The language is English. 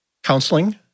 Counseling